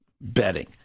betting